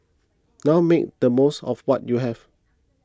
now make the most of what you have